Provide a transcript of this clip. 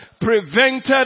prevented